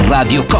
Radio